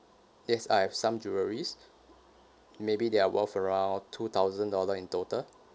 yes I have some jewelleries maybe they are worth around two thousand dollar in total